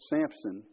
Samson